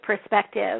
perspective